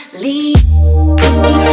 leave